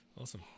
Awesome